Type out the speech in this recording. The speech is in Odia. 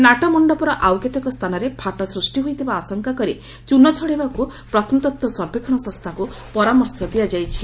ନାଟମ ସ୍ତାନରେ ଫାଟ ସୃଷ୍ଟି ହୋଇଥିବା ଆଶଙ୍କା କରି ଚୂନ ଛଡାଇବାକୁ ପ୍ରତ୍ନତତ୍ତ୍ୱ ସର୍ବେକ୍ଷଣ ସଂସ୍ଥାକୁ ପରାମର୍ଶ ଦିଆଯାଇଛି